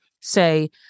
say